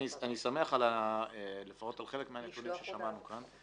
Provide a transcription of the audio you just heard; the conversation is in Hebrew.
אני שמח לפחות על חלק מהנתונים ששמענו כאן.